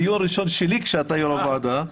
דיון ראשון שלי כשאתה יו"ר הוועדה.